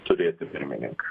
turėti pirmininką